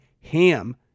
HAM